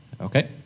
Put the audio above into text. Okay